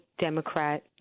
Democrat